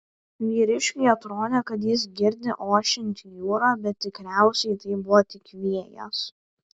vyriškiui atrodė kad jis girdi ošiant jūrą bet tikriausiai tai buvo tik vėjas